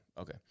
Okay